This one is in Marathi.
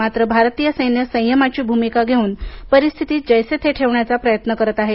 मात्र भारतीय सैन्य संयमाची भूमिका घेऊन परिस्थिती जैसे थे ठेवण्याचा प्रयत्न करत आहे